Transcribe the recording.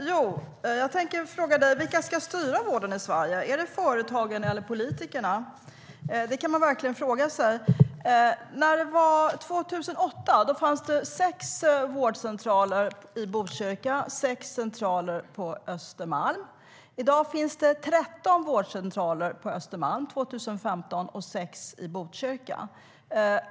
År 2008 fanns det sex vårdcentraler i Botkyrka och sex på Östermalm. I dag, 2015, finns det 13 vårdcentraler på Östermalm och sex i Botkyrka.